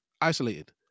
isolated